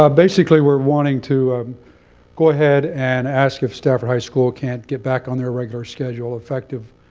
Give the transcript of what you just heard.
ah basically, we're wanting to go ahead and ask if stafford high school can't get back on their regular schedule, effective